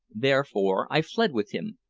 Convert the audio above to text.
therefore i fled with him,